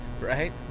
right